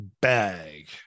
bag